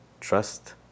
trust